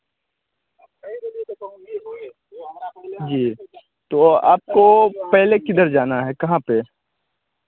जी तो आपको पेहले किधर जाना है कहाँ पर